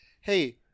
hey